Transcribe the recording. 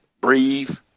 breathe